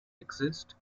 exist